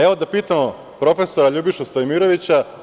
Evo, da pitamo profesora Ljubišu Stojmirovića.